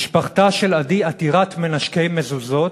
משפחתה של עדי עתירת מנשקי מזוזות,